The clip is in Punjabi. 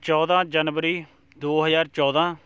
ਚੌਦ੍ਹਾਂ ਜਨਵਰੀ ਦੋ ਹਜ਼ਾਰ ਚੌਦ੍ਹਾਂ